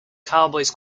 cowboys